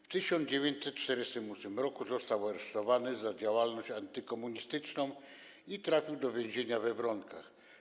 W 1948 r. został aresztowany za działalność antykomunistyczną i trafił do więzienia we Wronkach.